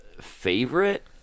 Favorite